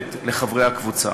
תועלת לחברי הקבוצה.